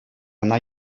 ӑна